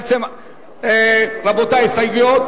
הסתייגויות